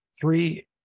three